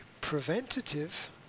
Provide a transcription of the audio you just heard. preventative